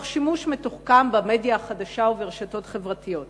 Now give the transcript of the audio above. תוך שימוש מתוחכם במדיה החדשה וברשתות חברתיות.